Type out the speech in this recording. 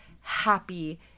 happy